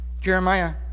Jeremiah